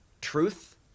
truth